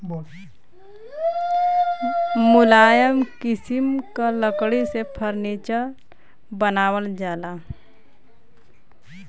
मुलायम किसिम क लकड़ी से फर्नीचर बनावल जाला